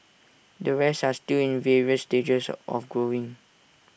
the rest are still in the various stages of growing